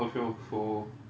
thank you you know